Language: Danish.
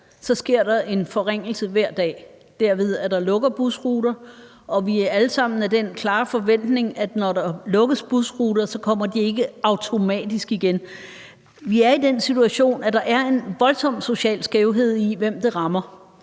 sker der en forringelse hver dag, ved at der lukker busruter. Og vi er alle sammen af den klare forventning, at når der lukkes busruter, kommer de ikke automatisk igen. Vi er i den situation, at der er en voldsom social skævhed i, hvem det rammer.